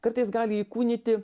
kartais gali įkūnyti